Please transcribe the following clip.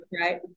right